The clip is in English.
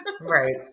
Right